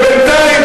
ביבי, ביבי.